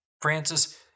Francis